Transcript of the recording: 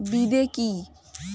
বিদে কি?